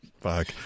fuck